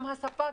גם הספק,